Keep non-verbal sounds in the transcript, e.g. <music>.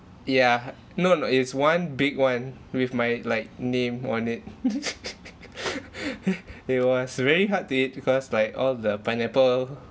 yeah no no it's one big one with my like name on it <laughs> it was very hard to eat because like all the pineapple